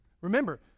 Remember